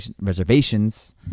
reservations